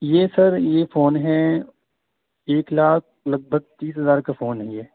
یہ سر یہ فون ہے ایک لاکھ لگ بھگ تیس ہزار کا فون ہے یہ